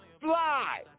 fly